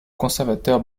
conservateur